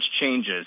changes